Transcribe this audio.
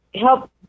help